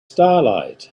starlight